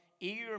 eager